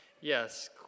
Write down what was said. Yes